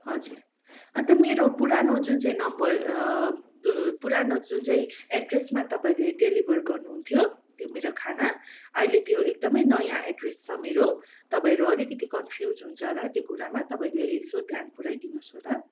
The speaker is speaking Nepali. हजुर अन्त मेरो पुरानो जुन चाहिँ नम्बर पुरानो जुन चाहिँ एड्रेसमा तपाईँले डेलिभर गर्नुहुन्थ्यो त्यो मेरो खाना अहिले त्यो एकदमै नयाँ एड्रेस छ मेरो तपाईँहरू अलिकति कन्फ्युज हुन्छ होला त्यो कुरामा तपाईँले यसो ध्यान पुराइदिनोस् होला